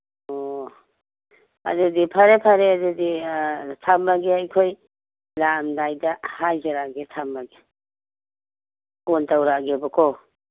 ꯑꯣ ꯑꯗꯨꯗꯤ ꯐꯔꯦ ꯐꯔꯦ ꯑꯗꯨꯗꯤ ꯊꯝꯃꯒꯦ ꯑꯩꯈꯣꯏ ꯂꯥꯛꯑꯝꯗꯥꯏꯗ ꯍꯥꯏꯖꯔꯛꯑꯒꯦ ꯊꯝꯃꯒꯦ ꯐꯣꯟ ꯇꯧꯔꯛꯑꯒꯦꯕꯀꯣ